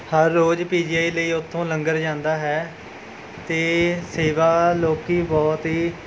ਹਰ ਰੋਜ਼ P G I ਲਈ ਉੱਥੋਂ ਲੰਗਰ ਜਾਂਦਾ ਹੈ ਅਤੇ ਸੇਵਾ ਲੋਕ ਬਹੁਤ ਹੀ